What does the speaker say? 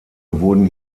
wurden